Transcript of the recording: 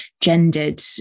gendered